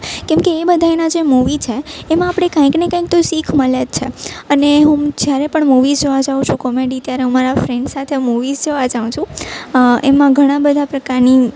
કેમકે એ બધાયના જે મુવી છે એમાં આપણે કંઈક કંઈક તો શીખ મળે જ છે અને હું જ્યારે પણ મુવીઝ જોવા જાઉં છું કોમેડી ત્યારે હું મારા ફ્રેન્ડ સાથે મુવીઝ જોવા જાઉં છું એમાં ઘણાં બધાં પ્રકારની